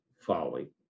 folly